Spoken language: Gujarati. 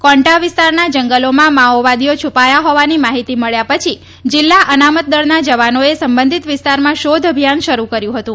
કોન્ટા વિસ્તારના જંગલોમાં માઓવાદીઓ છપાયા હોવાની માહિતી મળ્યા પછી જિલ્લા અનામત દળના જવાનોએ સંબંધીત વિસ્તારમાં શોધ અભિયાન શરૂ કર્યું હતું